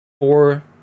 four